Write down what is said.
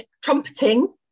trumpeting